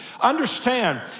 Understand